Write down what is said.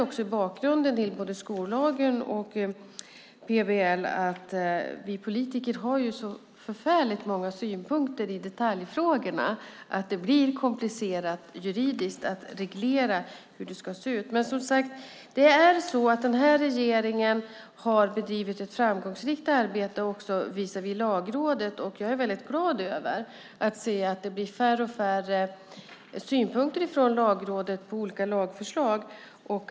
I bakgrunden till både skollagen och PBL finns också att vi politiker har så förfärligt många synpunkter i detaljfrågorna att det juridiskt blir komplicerat att reglera hur det ska se ut. Som sagt: Den här regeringen har bedrivit ett framgångsrikt arbete, också visavi Lagrådet. Jag är väldigt glad över att se att det blir allt färre synpunkter från Lagrådet på olika lagförslag.